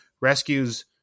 rescues